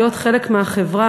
להיות חלק מהחברה,